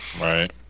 Right